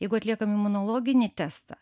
jeigu atliekam imunologinį testą